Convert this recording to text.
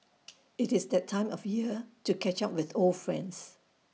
IT is that time of year to catch up with old friends